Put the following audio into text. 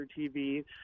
TV